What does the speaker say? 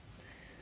yes